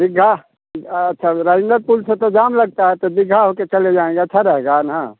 दिग्घा अच्छा वह राजेंद्र पुल से तो जाम लगता है तो दिघा होकर चले जाएँगे अच्छा रहेगा ना